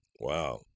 Wow